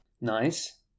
Nice